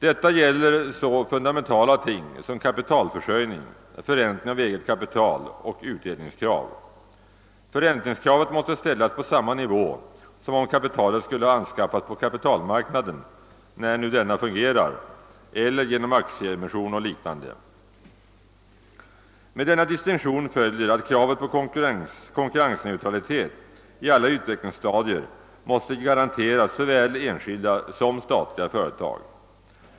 Detta gäller så fundamentala ting som kapitalförsörjning, förräntning av eget kapital och utdelningskrav. Förräntningskravet måste ställas på samma nivå som om kapitalet skulle ha anskaffats på kapitalmarknaden, när nu denna fungerar, eller genom aktieemission och liknande. Med denna distinktion följer att kravet på konkurrensneutralitet i alla utvecklingsstadier måste garanteras såväl enskilda som statliga företag.